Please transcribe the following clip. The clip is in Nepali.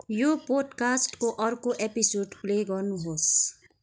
यो पोडकास्टको अर्को एपिसोड प्ले गर्नुहोस्